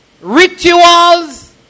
Rituals